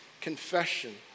Confession